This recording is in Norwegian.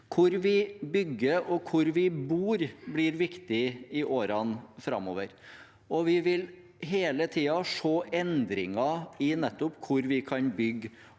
Hvor vi bygger, og hvor vi bor, blir viktig i årene framover. Vi vil hele tiden se endringer i nettopp hvor vi kan bygge,